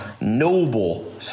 noble